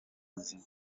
buzima